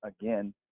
again